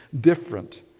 different